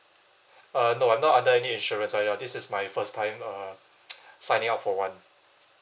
uh no I'm not under any insurance at all this is my first time uh signing up for [one]